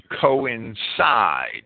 coincide